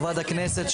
חברת הכנסת?